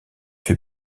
fait